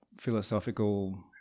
philosophical